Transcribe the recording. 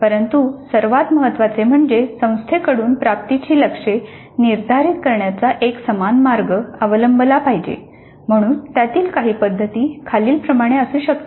परंतु सर्वात महत्त्वाचे म्हणजे संस्थेकडून प्राप्तीची लक्ष्ये निर्धारित करण्याचा एक समान मार्ग अवलंबला पाहिजे म्हणून त्यातील काही पद्धती खालीलप्रमाणे असू शकतात